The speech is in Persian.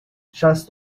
شصت